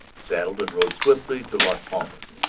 saddled, and rode swiftly to las palmas.